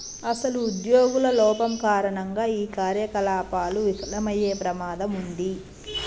అసలు ఉద్యోగుల లోపం కారణంగా ఈ కార్యకలాపాలు విఫలమయ్యే ప్రమాదం ఉంది